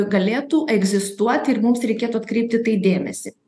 galėtų egzistuot ir mums reikėtų atkreipt į tai dėmesį